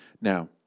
Now